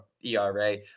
era